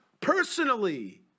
personally